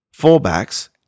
fullbacks